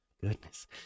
Goodness